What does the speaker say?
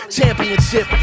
championship